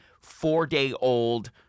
four-day-old